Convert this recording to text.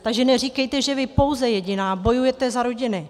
Takže neříkejte, že vy pouze jediná bojujete za rodiny.